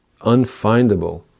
unfindable